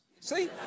See